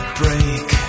break